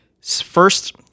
first